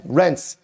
rents